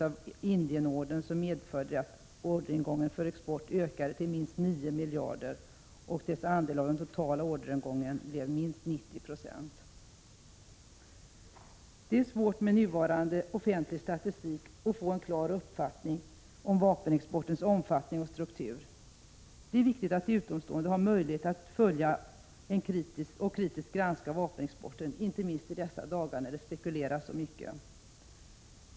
a. Indienordern medförde att orderingången för export ökade till minst 9 miljarder och dess andel av den totala orderingången blev minst 90 96. Med nuvarande offentlig statistik är det svårt att få en klar uppfattning om vapenexportens omfattning och struktur. Det är viktigt att utomstående har möjlighet att följa och kritiskt granska vapenexporten, inte minst i dessa dagar när det spekuleras så mycket.